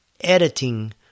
editing